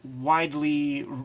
widely